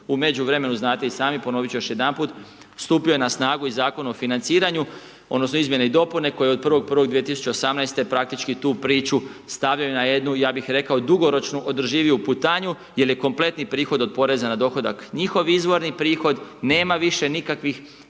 U međuvremenu, znate i sami, ponoviti ću još jedanput, stupio je na snagu i Zakon o financiranju odnosno izmijene i dopune koje od 1.1.2018. praktički tu priču stavljaju na jednu, ja bih rekao, dugoročnu održiviju putanju jer je kompletni prihod od Poreza na dohodak njihov izvorni prihod, nema više nikakvih